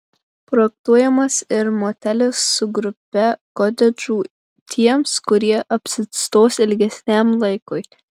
projektuojamas ir motelis su grupe kotedžų tiems kurie apsistos ilgesniam laikui